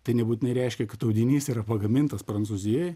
tai nebūtinai reiškia kad audinys yra pagamintas prancūzijoj